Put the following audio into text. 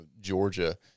Georgia